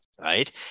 right